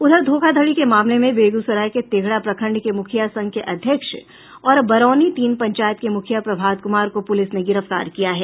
धोखाधड़ी के मामले में बेगूसराय के तेघड़ा प्रखंड के मुखिया संघ के अध्यक्ष और बरौनी तीन पंचायत के मुखिया प्रभात कुमार को पुलिस ने गिरफ्तार किया है